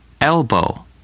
elbow